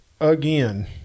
again